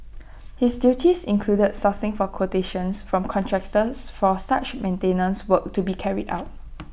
his duties included sourcing for quotations from contractors for such maintenance works to be carried out